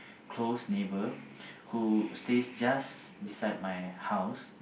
close neighbour who stays just beside my house